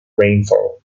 rainfall